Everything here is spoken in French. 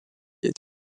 est